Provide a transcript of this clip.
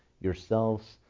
yourselves